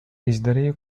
izdarīju